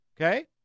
Okay